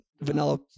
Vanilla